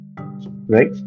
right